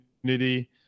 community